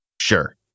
sure